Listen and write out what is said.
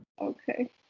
Okay